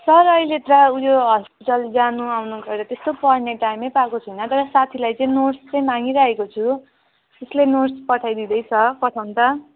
sir अहिले त ऊ यो हस्पिटल जानु आउनु भएर त्यस्तो पढ्ने टाइमै पाएको छुइनँ तर साथीलाई चाहिँ नोट्स चैँ मागिराखेको छु उस्ले नोट्स पठाइदिँदैछ पठाउनु त